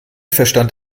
verstand